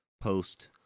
post